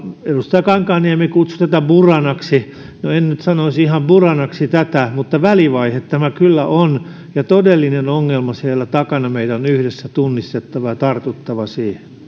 edustaja kankaanniemi kutsui tätä esitystä buranaksi no en nyt sanoisi ihan buranaksi tätä mutta välivaihe tämäkin kyllä todella on ja todellinen ongelma siellä takana meidän on yhdessä tunnistettava ja tartuttava